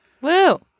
Woo